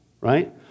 right